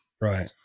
right